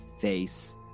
face